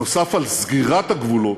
נוסף על סגירת הגבולות,